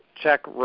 check